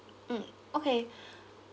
mm okay